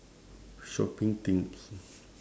shopping tips